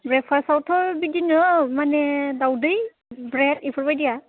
ब्रेकफास्टआवथ' बिदिनो माने दावदै ब्रेड बेफोरबायदिया